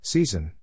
Season